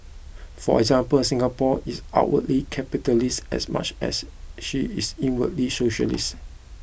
for example Singapore is outwardly capitalist as much as she is inwardly socialist